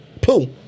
Pooh